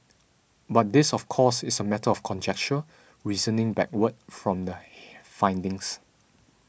but this of course is a matter of conjecture reasoning backward from the findings